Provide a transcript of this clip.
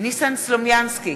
ניסן סלומינסקי,